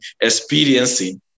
experiencing